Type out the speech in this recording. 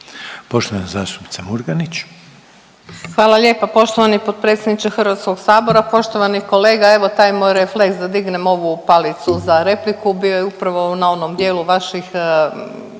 Poštovana zastupnica Murganić.